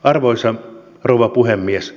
arvoisa rouva puhemies